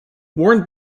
warned